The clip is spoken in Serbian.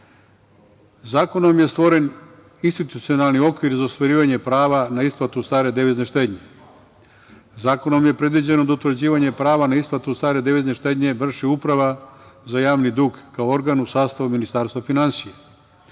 je stvoren institucionalni okvir za ostvarivanje prava na isplatu stare devizne štednje. Zakonom je predviđeno da utvrđivanje prava na isplatu stare devizne štednje vrši Uprava za javni dug kao organ u sastavu Ministarstva finansija,